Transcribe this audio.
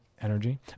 energy